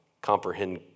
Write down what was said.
comprehend